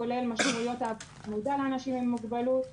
כולל משמעויות --- לאנשים עם מוגבלות.